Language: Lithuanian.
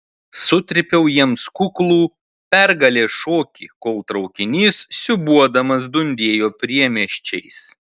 sutrypiau jiems kuklų pergalės šokį kol traukinys siūbuodamas dundėjo priemiesčiais